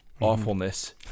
awfulness